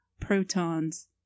protons